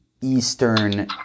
Eastern